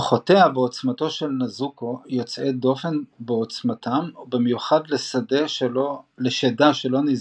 כוחותיה ועוצמתה של נזוקו יוצאי דופן בעוצמתן במיוחד לשדה שלא ניזונה